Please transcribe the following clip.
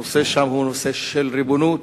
הנושא שם הוא נושא של ריבונות.